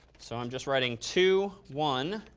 so i'm just writing to one,